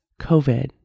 COVID